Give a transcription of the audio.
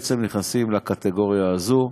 אלה בעצם נכנסים לקטגוריה הזאת.